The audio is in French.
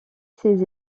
ses